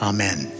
Amen